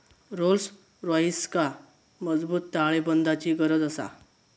Rolls रॉइसका मजबूत ताळेबंदाची गरज आसा